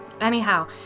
Anyhow